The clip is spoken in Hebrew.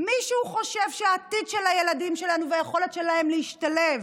מישהו חושב על העתיד של הילדים שלנו והיכולת שלהם להשתלב